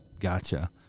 Gotcha